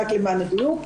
רק למען הדיוק,